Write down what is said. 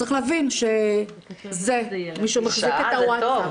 זה טוב.